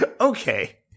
Okay